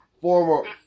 former